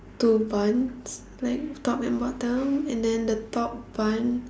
two buns like top and bottom and then the top bun